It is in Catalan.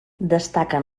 destaquen